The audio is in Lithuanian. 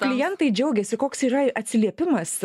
klientai džiaugiasi koks yra atsiliepimas